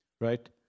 right